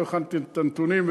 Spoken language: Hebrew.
לא הכנתי את הנתונים,